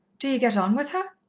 do ye get on with her?